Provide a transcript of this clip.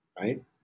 right